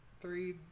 Three